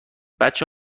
بچه